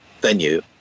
venue